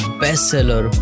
bestseller